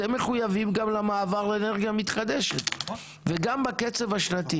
אתם מחויבים גם למעבר לאנרגיה מתחדשת וגם בקצב השנתי.